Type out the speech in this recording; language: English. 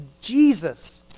Jesus